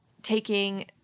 taking